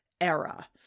era